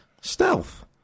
stealth